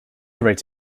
rate